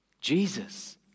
Jesus